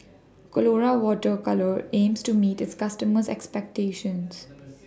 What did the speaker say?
Colora Water Colours aims to meet its customers' expectations